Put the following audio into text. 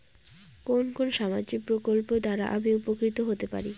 কোন কোন সামাজিক প্রকল্প দ্বারা আমি উপকৃত হতে পারি?